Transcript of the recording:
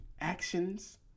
actions